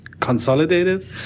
consolidated